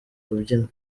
kubyina